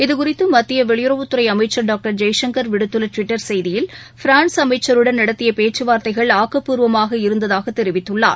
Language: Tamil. இதுகுறித்துமத்தியவெளியுறவுத்துறைஅமைச்சர் டாக்டர் ஜெய்சங்கர் விடுத்துள்ளடுவிட்டர் செய்தியில் பிரான்ஸ் அமைச்சருடன் நடத்தியபேச்சுவார்த்தைகள் ஆக்கப்பூர்வமாக இருந்ததாகதெரிவித்துள்ளார்